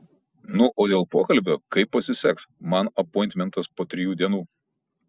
nu o dėl pokalbio kaip pasiseks man apointmentas po trijų dienų